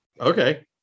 Okay